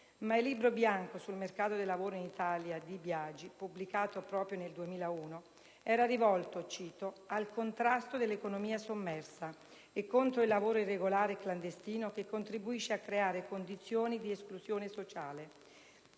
ma il Libro bianco sul mercato del lavoro in Italia di Biagi, pubblicato proprio nel 2001, era rivolto, cito, «al contrasto dell'economia sommersa», e contro il lavoro «irregolare e clandestino che contribuisce a creare condizioni di esclusione sociale».